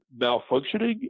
malfunctioning